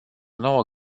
nouă